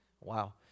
Wow